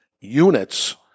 units